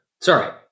Sorry